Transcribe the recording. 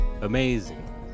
amazing